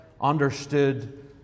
understood